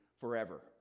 forever